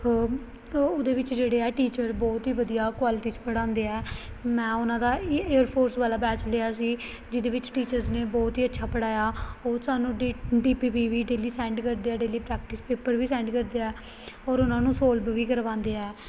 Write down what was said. ਉਹਦੇ ਵਿੱਚ ਜਿਹੜੇ ਆ ਟੀਚਰ ਬਹੁਤ ਹੀ ਵਧੀਆ ਕੁਆਲਿਟੀ 'ਚ ਪੜ੍ਹਾਉਂਦੇ ਹੈ ਮੈਂ ਉਹਨਾਂ ਦਾ ਏ ਏਅਰਫੋਰਸ ਵਾਲਾ ਬੈਚ ਲਿਆ ਸੀ ਜਿਹਦੇ ਵਿੱਚ ਟੀਚਰਸ ਨੇ ਬਹੁਤ ਹੀ ਅੱਛਾ ਪੜ੍ਹਾਇਆ ਉਹ ਸਾਨੂੰ ਡੀ ਪੀ ਵੀ ਵੀ ਡੇਲੀ ਸੈਂਡ ਕਰਦੇ ਹੈ ਡੇਲੀ ਪ੍ਰੈਕਟਿਸ ਪੇਪਰ ਵੀ ਸੈਂਡ ਕਰਦੇ ਹੈ ਔਰ ਉਹਨਾਂ ਨੂੰ ਸੋਲਵ ਵੀ ਕਰਵਾਉਂਦੇ ਹੈ